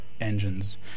engines